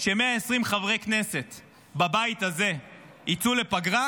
ש-120 חברי כנסת בבית הזה יצאו לפגרה